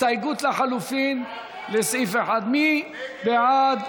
הסתייגות לחלופין לסעיף 1. מי בעד?